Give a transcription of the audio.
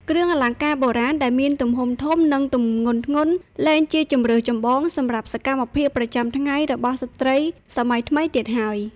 គ្រឿងអលង្ការបុរាណដែលមានទំហំធំ និងទម្ងន់ធ្ងន់ លែងជាជម្រើសចម្បងសម្រាប់សកម្មភាពប្រចាំថ្ងៃរបស់ស្ត្រីសម័យថ្មីទៀតហើយ។